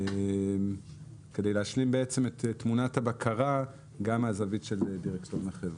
כדי להשלים את תמונת הבקרה גם מהזווית של דירקטוריון החברה.